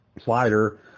slider